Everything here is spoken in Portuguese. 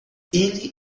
ele